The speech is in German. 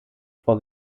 vor